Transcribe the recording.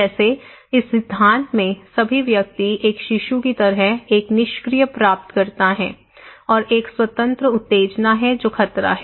जैसे इस सिद्धांत में सभी व्यक्ति एक शिशु की तरह एक निष्क्रिय प्राप्तकर्ता हैं और एक स्वतंत्र उत्तेजना है जो खतरा है